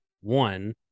one